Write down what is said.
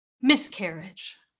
miscarriage